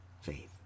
faith